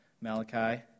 Malachi